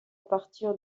partir